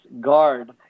guard